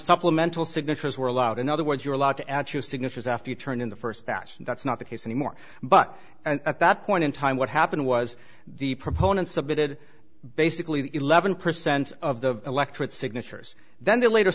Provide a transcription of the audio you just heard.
supplemental signatures were allowed in other words you're allowed to add signatures after you turn in the first that that's not the case anymore but at that point in time what happened was the proponent submitted basically eleven percent of the electorate signatures then they later